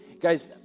Guys